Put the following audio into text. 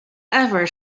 ever